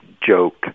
joke